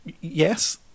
Yes